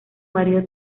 marido